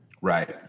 Right